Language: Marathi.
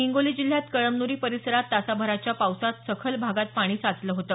हिंगोली जिल्ह्यात कळमन्री परिसरात तासाभराच्या पावसात सखल भागात पाणी साचलं होतं